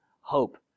hope